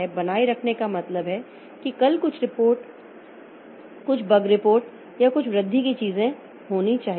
बनाए रखने का मतलब है कि कल कुछ रिपोर्ट कुछ बग रिपोर्ट या कुछ वृद्धि की चीजें होनी चाहिए